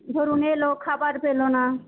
ধরুন এলো খাবার পেলো না